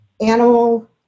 animal